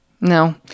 no